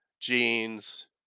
jeans